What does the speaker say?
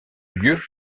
lieu